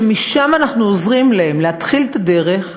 ומשם אנחנו עוזרים להם להתחיל את הדרך,